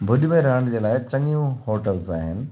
भुज में रहण जे लाइ चङियूं हॉटल्स आहिनि